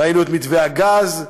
ראינו את מתווה הגז,